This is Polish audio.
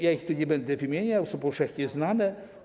Ja ich nie będę wymieniał, są powszechnie znane.